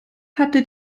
hatte